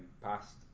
past